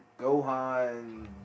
Gohan